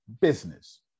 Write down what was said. business